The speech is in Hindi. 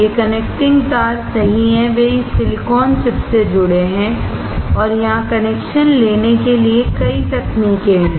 ये कनेक्टिंग तार सही हैं वे इस सिलिकॉन चिप से जुड़े हैं और यहां कनेक्शन लेने के लिए कई तकनीकें हैं